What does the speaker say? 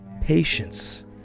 Patience